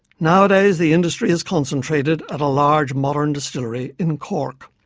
nowadays the industry is concentrated at a large modern distillery in cork,